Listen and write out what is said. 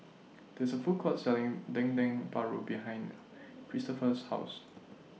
This A Food Court Selling Dendeng Paru behind Christoper's House